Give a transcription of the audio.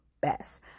best